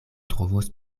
trovos